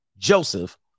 joseph